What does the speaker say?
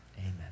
Amen